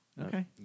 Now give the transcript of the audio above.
Okay